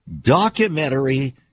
documentary